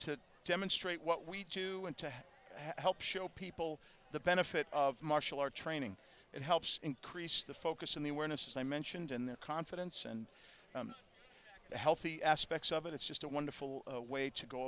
to demonstrate what we want to help show people the benefit of martial arts training it helps increase the focus and the awareness as i mentioned in the confidence and the healthy aspects of it it's just a wonderful way to go